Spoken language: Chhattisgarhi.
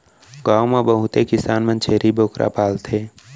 गॉव म बहुते किसान मन छेरी बोकरा पालथें